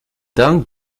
dank